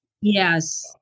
Yes